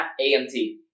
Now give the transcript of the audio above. AMT